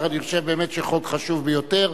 אני חושב באמת החוק חשוב ביותר.